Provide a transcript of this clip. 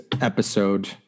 episode